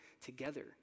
together